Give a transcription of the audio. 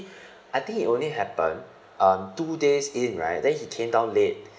I think it only happened um two days in right then he came down late